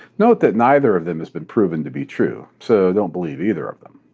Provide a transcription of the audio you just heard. note that neither of them has been proven to be true. so, don't believe either of them.